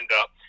up